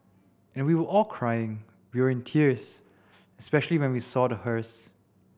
and we were all crying we were in tears especially when we saw the hearse